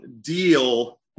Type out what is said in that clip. deal